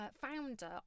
founder